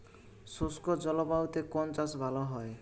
শুষ্ক জলবায়ুতে কোন চাষ ভালো হয়?